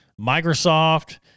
Microsoft